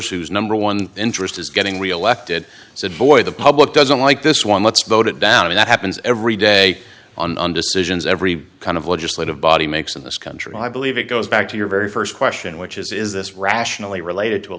whose number one interest is getting reelected said boy the public doesn't like this one let's vote it down and that happens every day on the decisions every kind of legislative body makes in this country i believe it goes back to your very first question which is is this rationally related to a